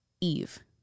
Eve